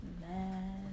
Man